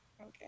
Okay